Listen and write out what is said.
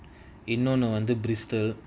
eh no no under bristol